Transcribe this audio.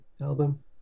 album